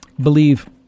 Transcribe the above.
believe